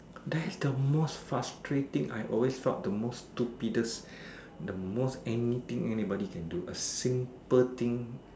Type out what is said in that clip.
that's the most frustrating I always thought the most stupidest the most anything anybody can do a simple thing